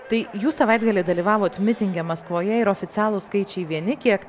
tai jūs savaitgalį dalyvavot mitinge maskvoje ir oficialūs skaičiai vieni kiek